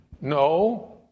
No